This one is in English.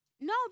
no